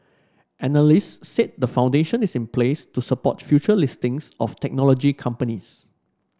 analysts said the foundation is in place to support future listings of technology companies